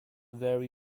vary